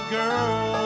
girl